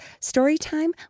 Storytime